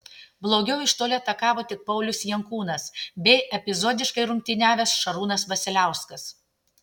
blogiau iš toli atakavo tik paulius jankūnas bei epizodiškai rungtyniavęs šarūnas vasiliauskas